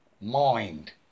Mind